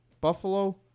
Buffalo